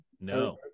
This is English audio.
No